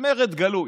למרד גלוי.